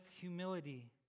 humility